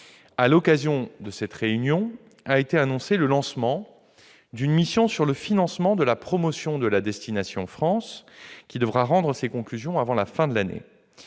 À l'occasion de cette réunion a été annoncé le lancement d'une mission sur le financement de la promotion de la destination France qui devra rendre ses conclusions avant la fin de l'année.